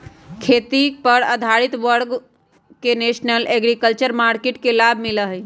खेती पर आधारित हर वर्ग के नेशनल एग्रीकल्चर मार्किट के लाभ मिला हई